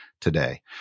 today